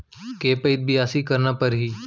के पइत बियासी करना परहि?